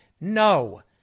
No